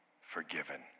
forgiven